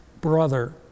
brother